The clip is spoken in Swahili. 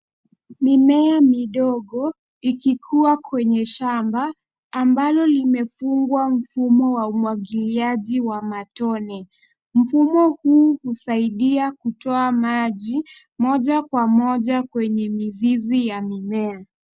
Mimea midogo ikikua kwenye shamba ambalo limefungwa mfumo wa umwagiliaji wa matone. Mfumo huu unasaidia kutoa maji moja kwa moja kwenye mizizi ya mimea.